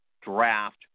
draft